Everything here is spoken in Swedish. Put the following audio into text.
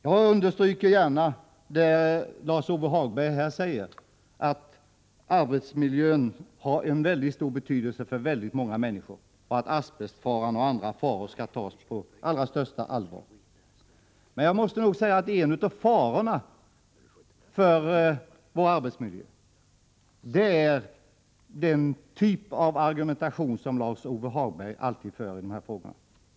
Jag vill gärna betona vad Lars-Ove Hagberg här säger att arbetsmiljön har mycket stor betydelse för många människor och att asbestfaran och andra faror skall tas på allra största allvar. Men jag måste nog säga att en av farorna för arbetsmiljön är den typ av argumentation som Lars-Ove Hagberg alltid använder i dessa frågor.